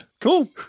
Cool